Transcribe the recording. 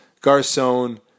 Garcon